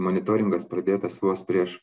monitoringas pradėtas vos prieš